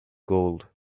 gold